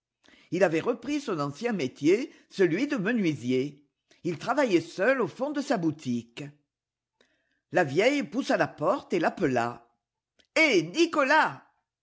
ii avait repris son ancien métier celui de menuisier il travaillait seul au fond de sa boutique la vieille poussa la porte et l'appela hé nicolas